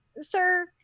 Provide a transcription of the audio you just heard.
sir